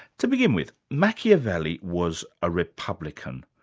to begin with, machiavelli was a republican.